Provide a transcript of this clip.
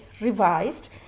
revised